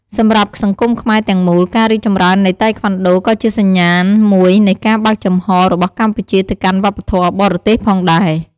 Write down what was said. សម្រាប់សង្គមខ្មែរទាំងមូល ការរីកចម្រើននៃតៃក្វាន់ដូក៏ជាសញ្ញាណមួយនៃការបើកចំហររបស់កម្ពុជាទៅកាន់វប្បធម៌បរទេសផងដែរ។